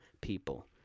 people